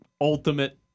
ultimate